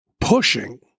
pushing